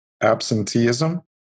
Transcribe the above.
absenteeism